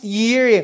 year